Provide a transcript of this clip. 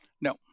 no